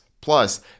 Plus